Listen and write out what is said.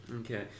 okay